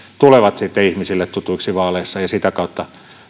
tulevat sitten ihmisille tutuiksi vaaleissa ja sitä kautta